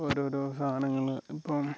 ഓരോരോ സാധനങ്ങൾ ഇപ്പം